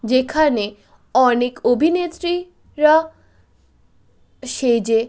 যেখানে অনেক অভিনেত্রী রা সেজে